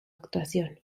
actuación